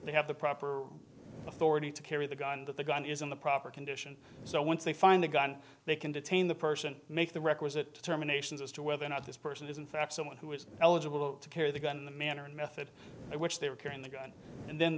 they have the proper authority to carry the gun but the gun is in the proper condition so once they find the gun they can detain the person make the requisite terminations as to whether or not this person is in fact someone who is eligible to carry the gun in the manner and method by which they were carrying the gun and then